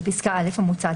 בפסקה (א) המוצעת,